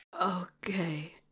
Okay